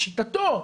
לשיטתו,